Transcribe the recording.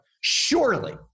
Surely